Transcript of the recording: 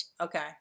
Okay